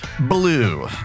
blue